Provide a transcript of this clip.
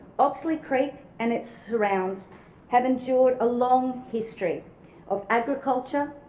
oxley creek and its surrounds have endured a long history of agriculture,